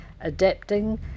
adapting